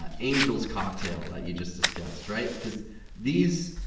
ah angels cocktail that you just discussed, right? cause these.